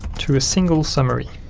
to a single summary.